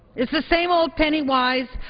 it's the same old penny-wise,